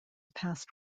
past